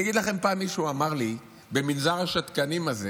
אני אגיד לכם, פעם מישהו אמר לי במנזר השתקנים הזה